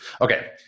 okay